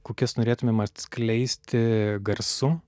kokias norėtumėm atskleisti garsu